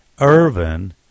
Irvin